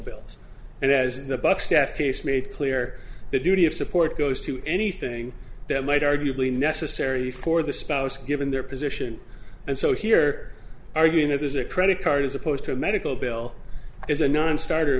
bills and as the bucks death case made clear the duty of support goes to anything that might arguably necessary for the spouse given their position and so here are you know there's a credit card as opposed to a medical bill is a nonstarter